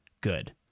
good